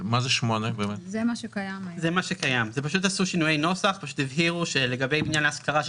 מכיוון שבחוק עידוד עוברים בפיקוח של מנהלת ההשקעות,